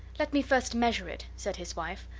let me first measure it, said his wife.